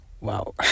wow